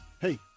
hey